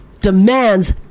demands